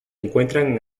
encuentran